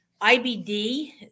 IBD